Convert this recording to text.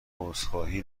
عذرخواهی